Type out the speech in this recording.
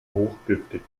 hochgiftig